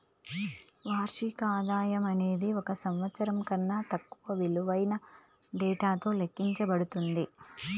వార్షిక ఆదాయం అనేది ఒక సంవత్సరం కన్నా తక్కువ విలువైన డేటాతో లెక్కించబడుతుంది